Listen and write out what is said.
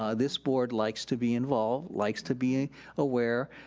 ah this board likes to be involved, likes to be aware.